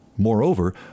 Moreover